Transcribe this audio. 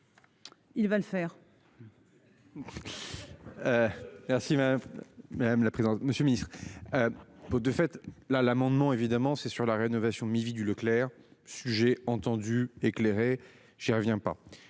Il va le faire. Merci. Madame la présidente, monsieur Ministre. Pour de fait la l'amendement évidemment c'est sur la rénovation du Leclerc sujet entendu éclairé, j'y reviens pas.